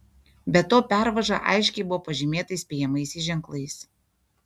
be to pervaža aiškiai buvo pažymėta įspėjamaisiais ženklais